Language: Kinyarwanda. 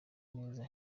neza